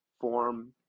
form